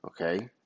Okay